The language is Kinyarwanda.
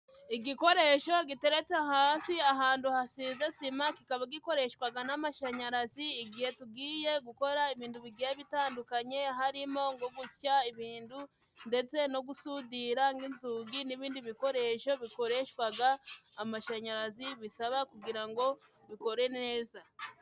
Igikoreshosho giteretse hasi ahantu hasize sima kikaba gikoreshwaga n'amashanyarazi igihe tugiye gukora ibintu bigiye bitandukanye harimo nko gusya ibintu ndetse no gusudira nk'inzugi n'ibindi bikoresho bikoreshwaga amashanyarazi bisaba kugira ngo bikore neza.